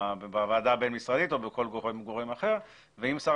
בוועדה הבין-משרדית או בכל גורם אחר ואם שר